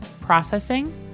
processing